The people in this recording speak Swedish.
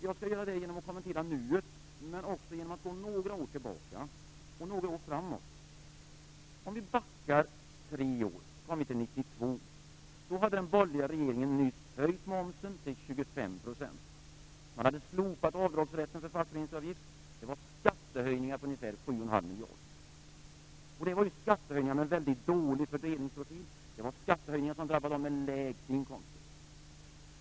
Jag skall göra det genom att kommentera nuet, men också genom att gå några år tillbaka och några år framåt. Om vi backar tre år kommer vi till 1992. Då hade den borgerliga regeringen nyss höjt momsen till 25 %. Man hade slopat avdragsrätten för fackföreningsavgift. Det var skattehöjningar på ungefär 7,5 miljarder. Det var skattehöjningar med en väldigt dålig fördelningsprofil. Det var skattehöjningar som drabbade dem med lägst inkomster.